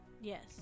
Yes